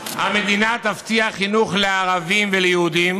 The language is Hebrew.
"המדינה תבטיח חינוך לערבים וליהודים,